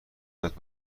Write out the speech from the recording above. یادت